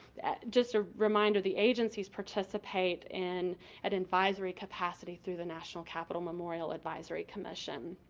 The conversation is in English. just a reminder, the agencies participate in an advisory capacity through the national capital memorial advisory commission.